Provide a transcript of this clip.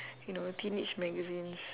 you know teenage magazines